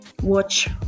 watch